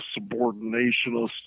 subordinationist